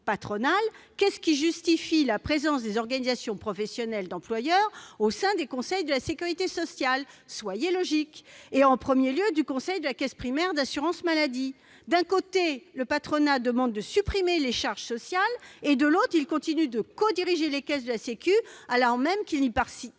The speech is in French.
patronales, qu'est-ce qui justifie la présence des organisations professionnelles d'employeurs au sein des conseils de la sécurité sociale- soyez logiques ! -et, en premier lieu, du conseil de la caisse primaire d'assurance maladie ? D'un côté, le patronat demande la suppression des « charges sociales » et, de l'autre, il continue de codiriger les caisses de la sécurité sociale, alors même qu'il y participe